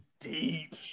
deep